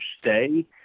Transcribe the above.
stay